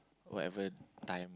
whatever time